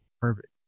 Perfect